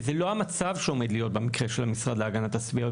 וזה לא המצב שעומד להיות במקרה של המשרד להגנת הסביבה.